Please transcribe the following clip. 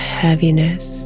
heaviness